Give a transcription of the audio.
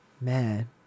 man